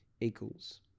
equals